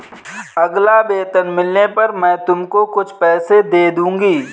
अगला वेतन मिलने पर मैं तुमको कुछ पैसे दे दूँगी